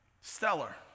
Stellar